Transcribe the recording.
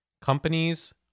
Companies